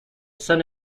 son